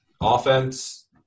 Offense